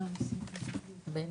הוא חייב להמשיך לממן.